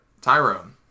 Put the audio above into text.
Tyrone